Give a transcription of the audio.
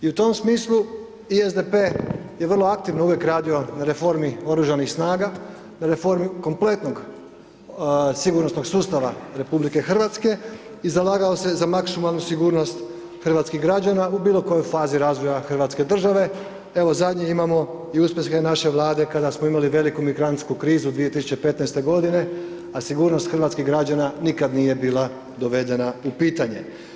I u tom smislu i SDP je vrlo aktivno uvijek radio na reformi oružanih snaga, na reformi kompletnog sigurnosnog sustava RH i zalagao se za maksimalnu sigurnost hrvatskih građana u bilo kojoj fazi razvoja Hrvatske države, evo zadnji imamo i uspjehe naše Vlade kada smo imali veliku migrantsku krizu 2015.g., a sigurnost hrvatskih građana nikad nije bila dovedena u pitanje.